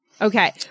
Okay